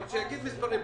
שיגידו מספרים.